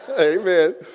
Amen